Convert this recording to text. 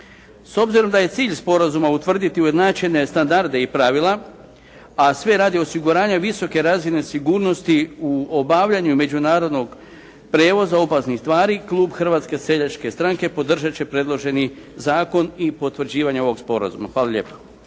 S obzirom da je cilj sporazuma utvrditi ujednačene standarde i pravila, a sve radi osiguranja visoke razine sigurnosti u obavljanju međunarodnog prijevoza opasnih stvari, klub Hrvatske seljačke stranke, podržati će predloženi zakon i potvrđivanje ovog sporazuma. Hvala lijepa.